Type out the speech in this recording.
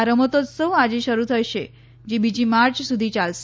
આ રમતોત્સવ આજે શરૂ થશે જે બીજી માર્ચ સુધી ચાલશે